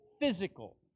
physical